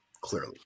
Clearly